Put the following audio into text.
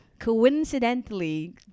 coincidentally